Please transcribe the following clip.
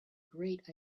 great